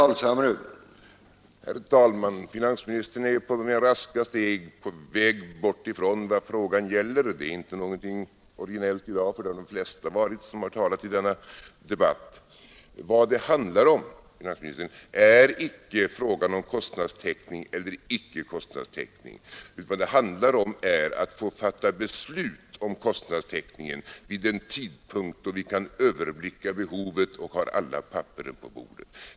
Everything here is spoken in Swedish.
Herr talman! Finansministern är med raska steg på väg bort från sakfrågan. Det är inte orginellt i dag; det har de flesta varit som har talat i denna debatt. Vad det handlar om, finansministern, är inte frågan om kostnadstäckning eller icke kostnadstäckning. Frågan gäller om vi skall fatta beslut om kostnadstäckningen vid en tidpunkt då vi kan överblicka behovet och har alla papper på bordet.